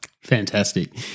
Fantastic